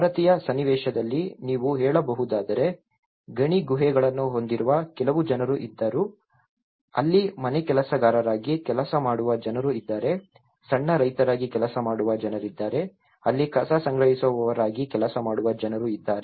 ಭಾರತೀಯ ಸನ್ನಿವೇಶದಲ್ಲಿ ನೀವು ಹೇಳಬಹುದಾದರೆ ಗಣಿ ಗುಹೆಗಳನ್ನು ಹೊಂದಿರುವ ಕೆಲವು ಜನರು ಇದ್ದರು ಅಲ್ಲಿ ಮನೆಕೆಲಸಗಾರರಾಗಿ ಕೆಲಸ ಮಾಡುವ ಜನರು ಇದ್ದಾರೆ ಸಣ್ಣ ರೈತರಾಗಿ ಕೆಲಸ ಮಾಡುವ ಜನರಿದ್ದಾರೆ ಅಲ್ಲಿ ಕಸ ಸಂಗ್ರಹಿಸುವವರಾಗಿ ಕೆಲಸ ಮಾಡುವ ಜನರು ಇದ್ದಾರೆ